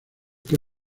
que